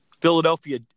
Philadelphia